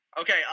Okay